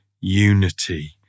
unity